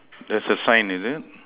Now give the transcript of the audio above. there is a sign is it